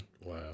Wow